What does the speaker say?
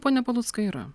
pone paluckai yra